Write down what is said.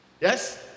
Yes